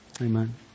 Amen